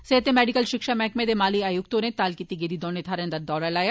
सेहत ते मैडिकल शिक्षा मैह्कमें दे माली आयुक्त होरें ताल कीती गेदी दौने थाहरें दा दौरा लाया